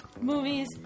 movies